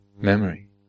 memory